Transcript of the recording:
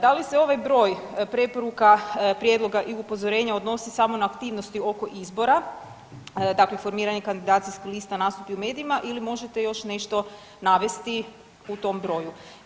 Da li se ovaj broj preporuka, prijedloga i upozorenja odnosi samo na aktivnosti oko izbora, dakle formiranje kandidacijskih lista, nastupi u medijima ili možete još nešto navesti u tom broju?